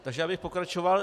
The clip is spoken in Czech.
Takže já bych pokračoval.